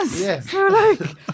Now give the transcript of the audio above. Yes